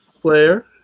player